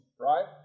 right